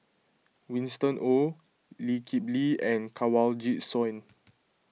Winston Oh Lee Kip Lee and Kanwaljit Soin